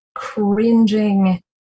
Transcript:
cringing